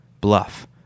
bluff